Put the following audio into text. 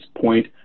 point